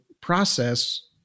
process